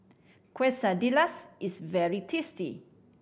quesadillas is very tasty